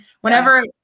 whenever –